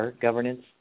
governance